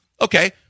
Okay